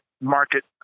market